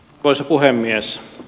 arvoisa puhemies